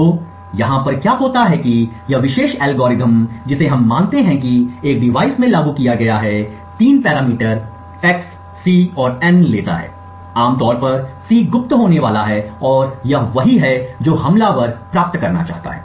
तो यहाँ क्या होता है कि यह विशेष एल्गोरिथ्म जिसे हम मानते हैं कि एक डिवाइस में लागू किया गया है तीन पैरामीटर x c और n लेता है आमतौर पर c गुप्त होने वाला है और यह वही है जो हमलावर प्राप्त करना चाहता है